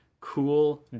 cool